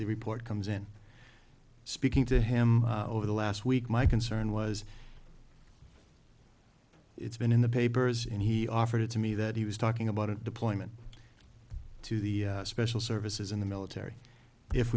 the report comes in speaking to him over the last week my concern was it's been in the papers and he offered it to me that he was talking about it deployment to the special services in the military if